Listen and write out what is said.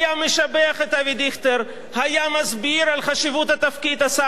היה מסביר על חשיבות תפקיד השר להגנת העורף והיה אומר: לכן אנחנו,